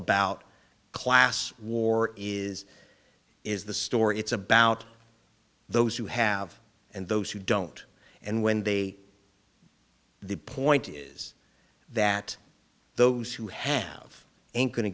about class war is is the story it's about those who have and those who don't and when they the point is that those who have ain't go